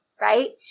Right